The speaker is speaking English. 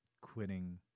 quitting